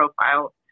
profile